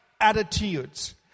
attitudes